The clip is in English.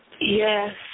Yes